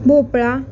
भोपळा